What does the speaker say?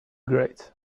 grades